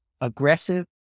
aggressive